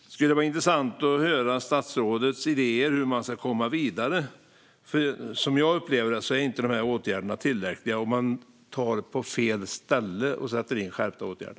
Det skulle vara intressant att höra statsrådets idéer om hur man ska komma vidare. Som jag upplever det är inte åtgärderna tillräckliga. Man sätter in skärpta åtgärder på fel ställe.